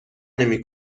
نمی